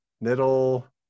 middle